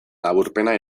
laburpena